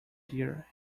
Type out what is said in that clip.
dear